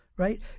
right